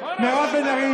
מירב בן ארי,